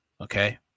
okay